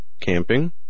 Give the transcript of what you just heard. camping